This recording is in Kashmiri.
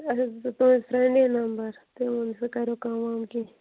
اَسہِ حظ دیُت تُہٕنٛدِ فریٚنٛڈِ یہِ نَمبَر تٔمۍ وون سُہ کَریُو کم وم کیٚنہہ